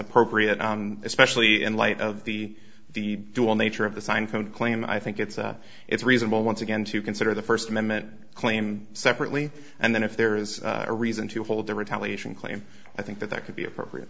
appropriate especially in light of the the dual nature of the sign can claim i think it's it's reasonable once again to consider the first amendment claim separately and then if there is a reason to hold the retaliation claim i think that there could be appropriate